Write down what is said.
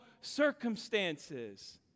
circumstances